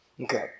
Okay